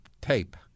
tape